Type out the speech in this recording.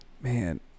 Man